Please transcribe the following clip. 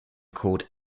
called